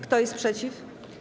Kto jest przeciw?